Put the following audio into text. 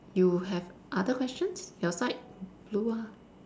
you have other questions your side blue ah